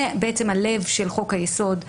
זה בעצם הלב של חוק היסוד,